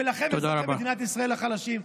ולכם, אזרחי מדינת ישראל החלשים,